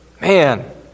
man